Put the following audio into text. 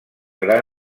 gran